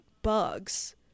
bugs